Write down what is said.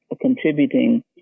contributing